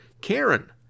Karen